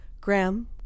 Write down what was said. Graham